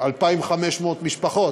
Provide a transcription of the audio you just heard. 2,500 משפחות,